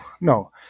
no